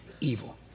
evil